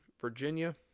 Virginia